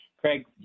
Craig